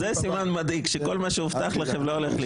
זה סימן מדאיג, שכל מה שהובטח לכם לא הולך לקרות.